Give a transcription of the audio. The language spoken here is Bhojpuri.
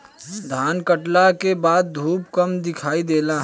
धान काटला के बाद धूप कम दिखाई देला